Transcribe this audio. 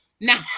Now